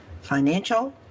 financial